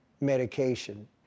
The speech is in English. medication